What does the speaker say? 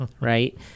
right